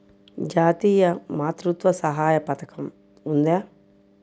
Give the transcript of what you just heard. జాతీయ మాతృత్వ సహాయ పథకం ఉందా?